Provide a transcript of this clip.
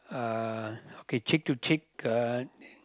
uh okay cheek to cheek uh